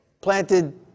planted